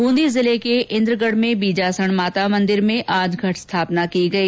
बूंदी जिले के इन्द्रगढ में बीजासण माता मन्दिर में आज घट स्थापना की गई